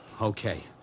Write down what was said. Okay